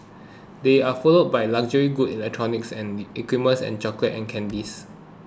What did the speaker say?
they are followed by luxury goods electronics and equipment and chocolates and candies